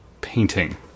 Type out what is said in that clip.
painting